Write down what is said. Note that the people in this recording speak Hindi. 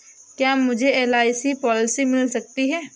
क्या मुझे एल.आई.सी पॉलिसी मिल सकती है?